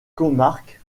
comarque